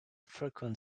frequent